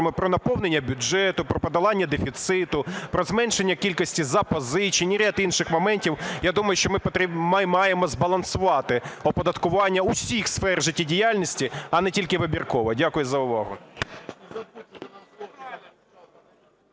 про наповнення бюджету, про подолання дефіциту, про зменшення кількості запозичень і ряд інших моментів, я думаю, що ми маємо збалансувати оподаткування усіх сфер життєдіяльності, а не тільки вибірково. Дякую за увагу.